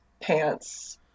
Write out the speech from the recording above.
pants